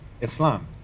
Islam